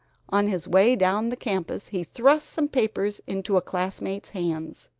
on his way down the campus he thrust some papers into a classmate's hands.